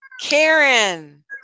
Karen